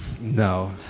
no